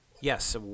yes